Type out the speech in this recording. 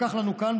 לקח לנו כאן,